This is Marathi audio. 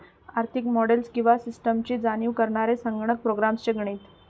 आर्थिक मॉडेल्स किंवा सिस्टम्सची जाणीव करणारे संगणक प्रोग्राम्स चे गणित